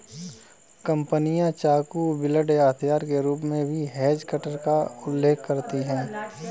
कंपनियां चाकू, ब्लेड या हथौड़े के रूप में भी हेज कटर का उल्लेख करती हैं